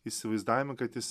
įsivaizdavimą kad jis